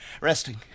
Resting